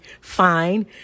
fine